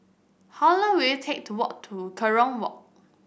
how long will it take to walk to Kerong Walk